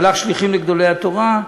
שלח שליחים לגדולי התורה.